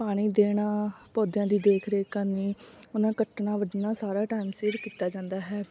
ਪਾਣੀ ਦੇਣਾ ਪੌਦਿਆਂ ਦੀ ਦੇਖ ਰੇਖ ਕਰਨੀ ਉਹਨਾਂ ਕੱਟਣਾ ਵੱਢਣਾ ਸਾਰਾ ਟਾਈਮ ਸਿਰ ਕੀਤਾ ਜਾਂਦਾ ਹੈ